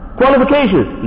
qualifications